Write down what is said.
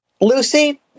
Lucy